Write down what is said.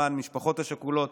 למען המשפחות השכולות,